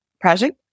project